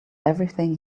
everything